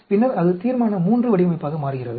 பின்னர் அது தீர்மான III வடிவமைப்பாக மாறுகிறது